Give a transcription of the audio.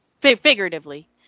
figuratively